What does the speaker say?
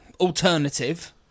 Alternative